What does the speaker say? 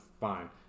fine